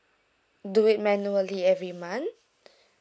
do it manually every month